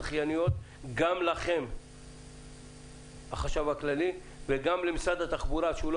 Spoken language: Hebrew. לזכייניות וגם לכם החשב הכללי וגם למשרד התחבורה שהוא לא